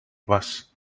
was